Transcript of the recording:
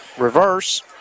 reverse